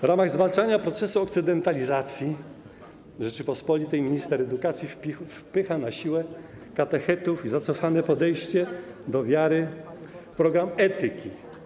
W ramach zwalczania procesu okcydentalizacji Rzeczypospolitej minister edukacji wpycha na siłę katechetów i zacofane podejście do wiary w program etyki.